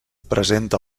presenta